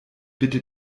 bitte